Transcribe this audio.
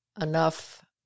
enough